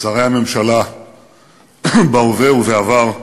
שרי הממשלה בהווה ובעבר,